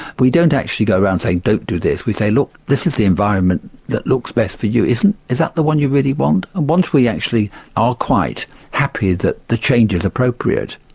we don't actually go around saying don't do this, we say look, this is the environment that looks best for you, is is that the one you really want? and ah once we actually are quite happy that the change is appropriate,